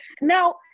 Now